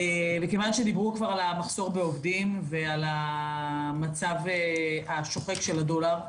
מכיוון שדיברו כבר על המחסור בעובדים ועל המצב השוחק של הדולר,